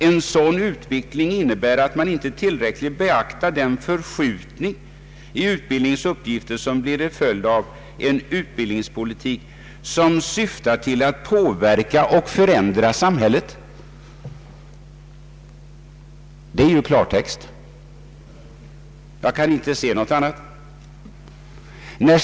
En sådan utveckling innebär att man inte tillräckligt beaktat den förskjutning i utbildningens uppgifter som blir en följd av en utbildningspolitik som syftar till att påverka och förändra samhället.” Det är klartext. Jag kan inte se någonting annat.